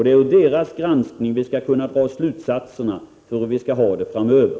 Det är deras granskning som vi skall kunna dra slutsatser av för att på det sättet se hur vi skall ha det framöver.